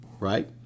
Right